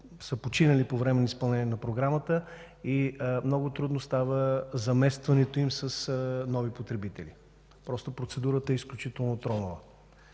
са починали по време на изпълнение на програмата, и много трудно става заместването им с нови потребители. Процедурата е изключително тромава.